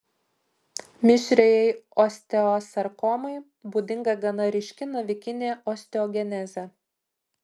mišriajai osteosarkomai būdinga gana ryški navikinė osteogenezė